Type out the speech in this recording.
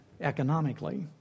economically